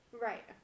Right